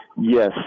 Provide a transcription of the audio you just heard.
Yes